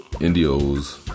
Indios